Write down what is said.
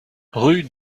rue